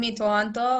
מטורונטו.